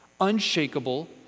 unshakable